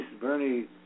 Bernie